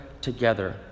together